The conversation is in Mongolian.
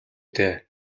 дээ